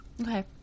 Okay